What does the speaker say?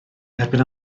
erbyn